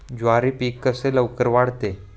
ज्वारी पीक कसे लवकर वाढते?